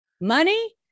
Money